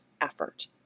effort